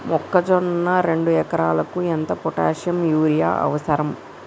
మొక్కజొన్న రెండు ఎకరాలకు ఎంత పొటాషియం యూరియా అవసరం?